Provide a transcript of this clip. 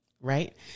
right